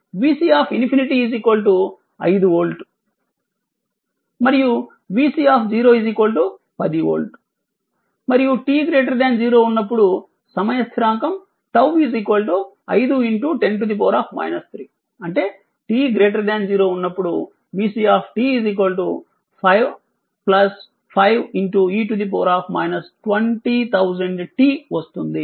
vC∞ 5 volt మరియు vC 10 volt మరియు t 0 ఉన్నప్పుడు సమయ స్థిరాంకం 𝜏 510 3 అంటే t 0 ఉన్నప్పుడు vC 5 5 e 20000t వస్తుంది